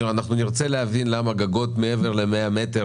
נרצה להבין למה גגות מעבר ל-100 מטרים